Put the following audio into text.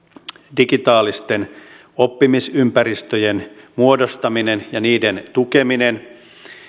digitaalisten oppimisympäristöjen muodostaminen ja niiden tukeminen